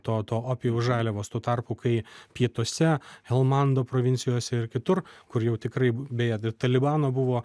to to opijaus žaliavos tuo tarpu kai pietuose elmando provincijose ir kitur kur jau tikrai beje ir talibano buvo